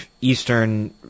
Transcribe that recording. Eastern